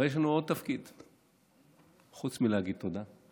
אבל יש לנו עוד תפקיד חוץ מלהגיד תודה,